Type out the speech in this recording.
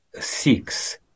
six